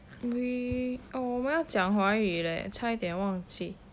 we oh 我们要讲华语 leh 差一点忘记